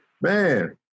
Man